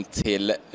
till